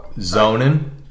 Zoning